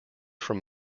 from